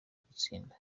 gutsinda